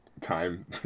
time